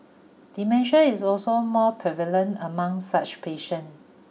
dementia is also more prevalent among such patient